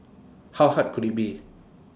how hard could IT be